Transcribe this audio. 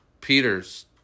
Peter's